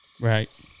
Right